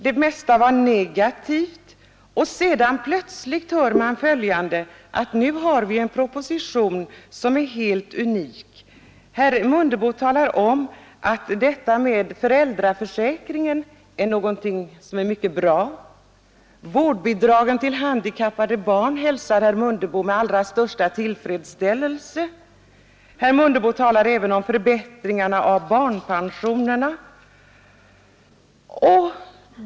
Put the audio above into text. Det mesta var negativt. Men plötsligt hör man herr Mundebo säga att nu har vi en proposition som är helt unik. Herr Mundebo talar om att förslaget till föräldraförsäkring är någonting som är mycket bra. Bidragen till handikappade barn hälsar herr Mundebo med den allra största tillfredsställelse. Herr Mundebo talar även om förbättringarna av barnpensionerna.